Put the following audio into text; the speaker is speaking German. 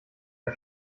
der